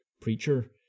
preacher